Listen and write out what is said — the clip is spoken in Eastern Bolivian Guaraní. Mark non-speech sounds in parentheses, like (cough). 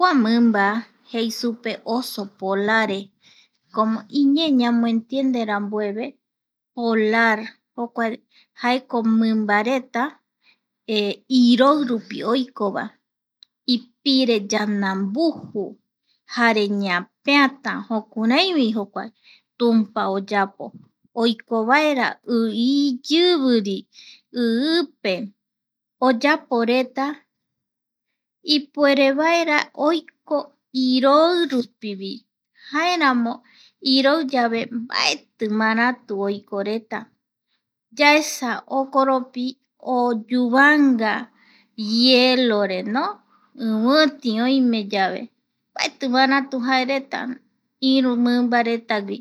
Mimba jei supe oso polares como iñee yamoa entiende rambueve polar jokuae jaeko mimba reta (hesitation) iroi rupi oiko va, ipire yandambuju, jare ñapeata jokuraivi jokua tumpa oyapo oiko vaera i iyiviri i pe oyaporeta ipuerevaera oiko iroirupi (noise) vi, jaeramo iroi yave mbaeti maratu oikoreta.